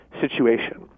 situation